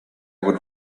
would